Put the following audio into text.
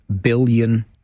billion